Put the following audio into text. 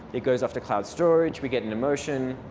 it goes off to cloud storage. we get an emotion.